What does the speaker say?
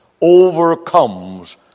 overcomes